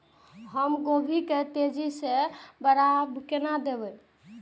हम गोभी के तेजी से बड़ा केना करिए?